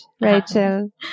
Rachel